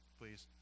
please